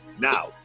Now